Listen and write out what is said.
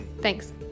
Thanks